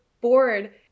bored